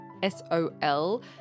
S-O-L